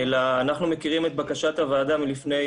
אנחנו מכירים את בקשת הוועדה מלפני